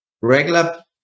regular